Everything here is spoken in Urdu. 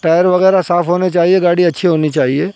ٹایر وغیرہ صاف ہونے چاہیے گاڑی اچھی ہونی چاہیے